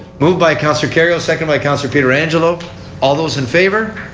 moved by counsellor kerrio. seconded by counsellor pietrangelo. all those in favor.